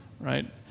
right